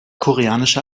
koreanische